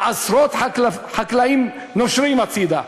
עשרות חקלאים נושרים הצדה.